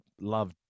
love